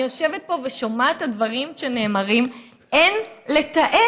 אני יושבת פה ושומעת את הדברים שנאמרים, אין לתאר.